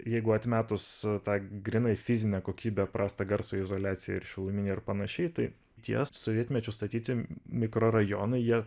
jeigu atmetus tą grynai fizinę kokybę prastą garso izoliaciją ir šiluminę ir panašiai tai tie sovietmečiu statyti mikrorajonai jie